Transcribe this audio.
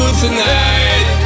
tonight